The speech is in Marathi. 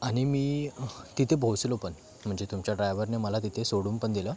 आणि मी तिथे पोहोचलो पण म्हणजे तुमच्या ड्रायव्हरने मला तिथे सोडून पण दिलं